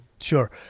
Sure